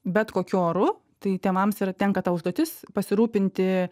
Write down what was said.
bet kokiu oru tai tėvams yra tenka ta užduotis pasirūpinti